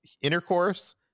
intercourse